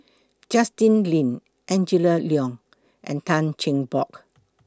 Justin Lean Angela Liong and Tan Cheng Bock